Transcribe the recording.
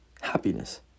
happiness